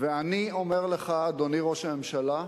אני אומר לך, אדוני ראש הממשלה,